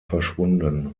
verschwunden